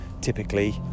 typically